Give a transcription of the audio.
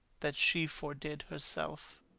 that she fordid herself.